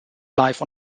life